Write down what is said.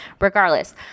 regardless